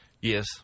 Yes